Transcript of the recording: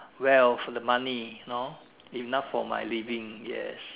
wealth the money know enough for my living yes